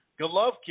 Golovkin